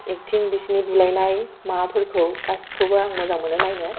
acting बिसोरनि बुलायनाय माबाफोरखौ गासैखौबो आं मोजां मोनो नायनो